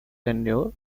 tenure